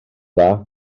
dda